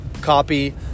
copy